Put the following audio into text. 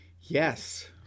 Yes